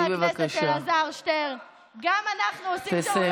תגידי, למה את נותנת לה כל כך הרבה זמן?